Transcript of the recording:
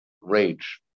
rage